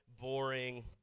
boring